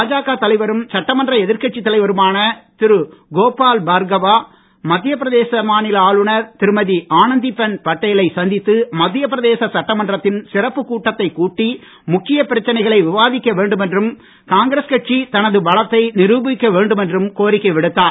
பாஜக தலைவரும் சட்டமன்ற எதிர்கட்சி தலைவருமான திரு கோபால் பார்கவா மத்திய பிரதேச மாநில ஆளுநர் திருமதி ஆனந்திபென் பட்டேலை சந்தித்து மத்திய பிரதேச சட்டமன்றத்தின் சிறப்பு கூட்டத்தைக் கூட்டி முக்கிய பிரச்சனைகளை விவாதிக்க வேண்டும் என்றும் காங்கிரஸ் கட்சி தனது பலத்தை நிரூபிக்க வேண்டும் என்றும் கோரிக்கை விடுத்தார்